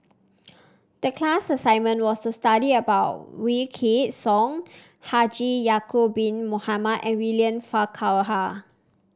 the class assignment was to study about Wykidd Song Haji Ya'acob Bin Mohamed and William Farquhar